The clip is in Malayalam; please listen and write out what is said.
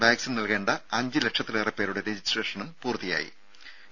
വാക്സിൻ നൽകേണ്ട അഞ്ച് ലക്ഷത്തിലേറെപ്പേരുടെ രജിസ്ട്രേഷനും പൂർത്തിയായിട്ടുണ്ട്